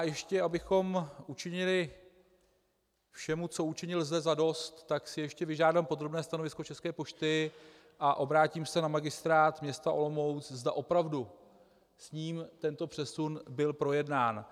Ještě abychom učinili všemu, co učinit lze, zadost, tak si ještě vyžádám podrobné stanovisko České pošty a obrátím se na Magistrát města Olomouc, zda opravdu s ním tento přesun byl projednán.